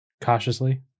cautiously